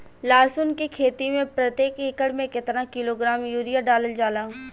लहसुन के खेती में प्रतेक एकड़ में केतना किलोग्राम यूरिया डालल जाला?